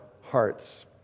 hearts